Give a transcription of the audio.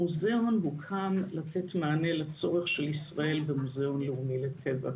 המוזיאון הוקם לתת מענה לצורך של ישראל במוזיאון לאומי לטבע.